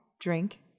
Drink